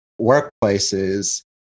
workplaces